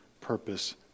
purpose